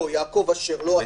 לא, יעקב אשר, לא אתה.